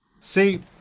See